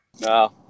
No